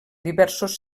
diversos